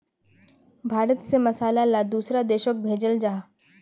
भारत से मसाला ला दुसरा देशोक भेजल जहा